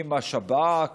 אם השב"כ